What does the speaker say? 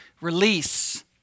release